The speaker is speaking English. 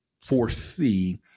foresee